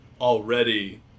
already